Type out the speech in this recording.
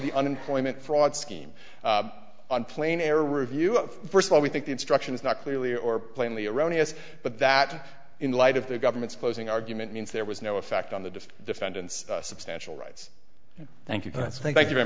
the unemployment fraud scheme on plane air review of first of all we think the instruction is not clearly or plainly erroneous but that in light of the government's closing argument means there was no effect on the just defendants substantial rights thank you that's thank you very